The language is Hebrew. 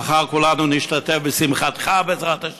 מחר כולנו נשתתף בשמחתך,